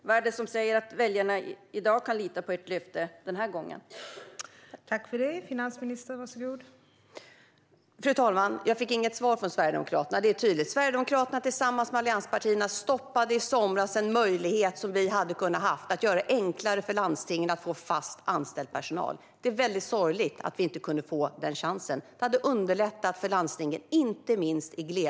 Vad är det som säger att väljarna kan lita på ert löfte den här gången, finansministern?